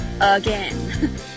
again